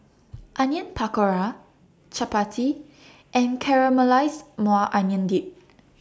Onion Pakora Chapati and Caramelized Maui Onion Dip